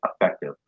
effective